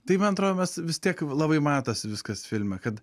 tai man atro mes vis tiek labai matosi viskas filme kad